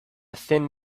thin